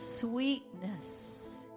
sweetness